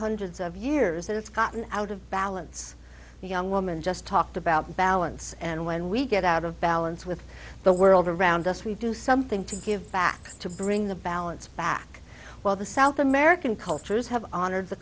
hundreds of years that it's gotten out of balance and young woman just talked about balance and when we get out of balance with the world around us we do something to give back to bring the balance back while the south american cultures have honored the